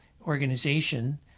organization